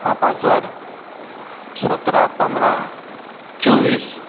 हा पासवर्ड सतरा पंधरा चोवीस